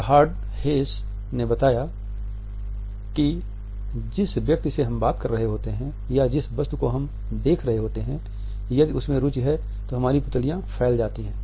Eckhard Hess ने बताया की कि जिस व्यक्ति से हम बात कर रहे होते हैं या जिस वस्तु को हम देख रहे होते हैं यदि उसमे रूचि है तो हमारी पुतलियाँ फैल जाती है